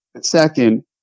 Second